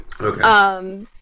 Okay